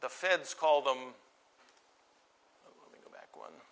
the feds call them back on